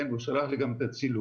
הוא שלח לי גם את הצילום